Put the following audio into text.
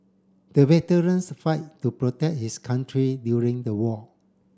the veterans fight to protect his country during the war